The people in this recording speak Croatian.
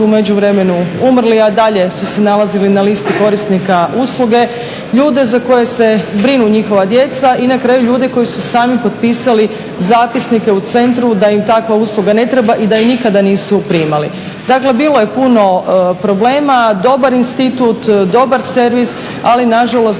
međuvremenu umrli a dalje su se nalazili na listi korisnika usluge, ljude za koje se brinu njihova djeca i na kraju ljude koji su sami potpisali zapisnike u centru da im takva usluga ne treba i da je nikada nisu primali. Dakle, bilo je puno problema. Dobar institut, dobar servis ali nažalost